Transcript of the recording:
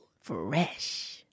Fresh